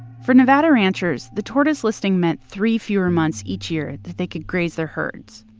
for nevada ranchers, the tortoise listing meant three fewer months each year that they could graze their herds,